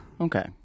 Okay